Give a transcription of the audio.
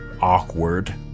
awkward